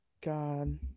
God